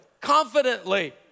confidently